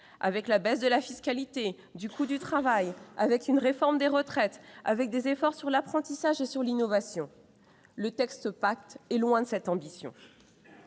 avec la baisse de la fiscalité et du coût du travail, avec une réforme des retraites, avec des efforts consacrés à l'apprentissage et à l'innovation. Le texte PACTE est loin de cette ambition.